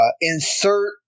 insert